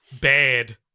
bad